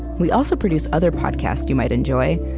we also produce other podcasts you might enjoy,